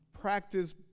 practice